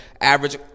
average